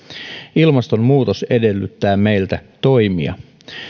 ilmastonmuutos edellyttää meiltä toimia